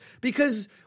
because-